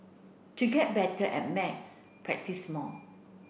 to get better at maths practise more